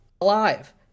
alive